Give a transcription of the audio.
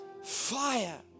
Fire